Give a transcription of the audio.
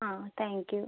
ആ thank you